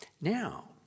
Now